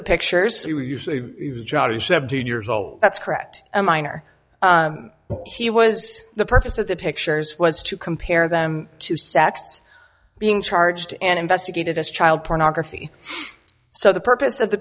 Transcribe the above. the pictures to seventeen years old that's correct a minor he was the purpose of the pictures was to compare them to sex being charged and investigated as child pornography so the purpose of the